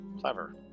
Clever